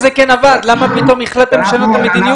למה פתאום החלטתם לשנות את המדיניות?